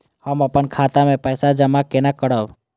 हम अपन खाता मे पैसा जमा केना करब?